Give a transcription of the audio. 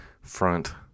front